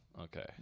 okay